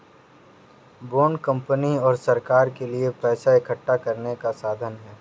bond company और सरकार के लिए पैसा इकठ्ठा करने का साधन है